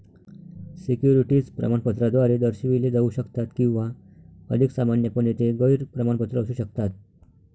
securities प्रमाणपत्राद्वारे दर्शविले जाऊ शकतात किंवा अधिक सामान्यपणे, ते गैर प्रमाणपत्र असू शकतात